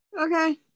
Okay